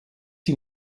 die